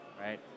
right